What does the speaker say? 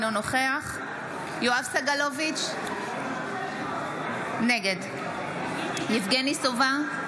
אינו נוכח יואב סגלוביץ' נגד יבגני סובה,